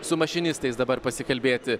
su mašinistais dabar pasikalbėti